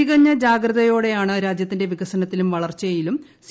ൂതിക്കൃത്ത ജാഗ്രതയോടെയാണ് രാജ്യത്തിന്റെ വികസനത്തിലും ്പളർച്ചയിലും സി